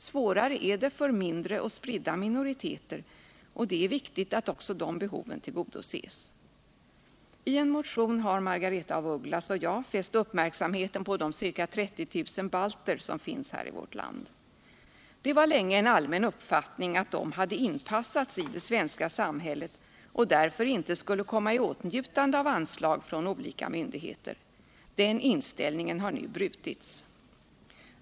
Svårare är det för mindre och spridda minoriteter, och det är viktigt att också de behoven tillgodoses. I en motion har Margaretha af Ugglas och jag fäst uppmärksamheten på de ca 30 000 balter som finns här i vårt land. Det var länge en allmän uppfattning att dessa hade inpassats i det svenska samhället och därför inte skulle komma i åtnjutande av anslag från olika myndigheter. Den inställningen har nu brutits.